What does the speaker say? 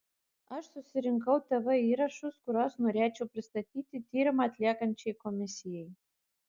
aš susirinkau tv įrašus kuriuos norėčiau pristatyti tyrimą atliekančiai komisijai